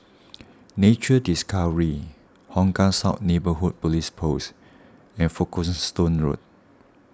Nature Discovery Hong Kah South Neighbourhood Police Post and Folkestone Road